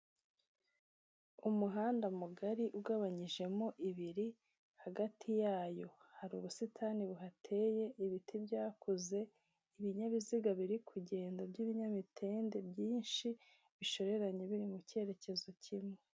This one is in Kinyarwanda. Umuhanda mugari ugabanyijemo ibiri hagati yayo, hari ubusitani buhateye, ibiti byakuze, ibinyabiziga biri kugenda by'ibinyamitende byinshi, bishoreranye biri mu cyerekezo kimwe.